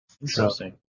interesting